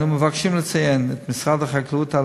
אנו מבקשים לציין את משרד החקלאות על